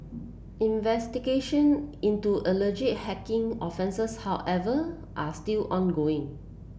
investigation into alleged hacking offences however are still ongoing